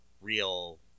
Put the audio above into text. real